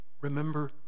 remember